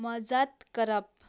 मजत करप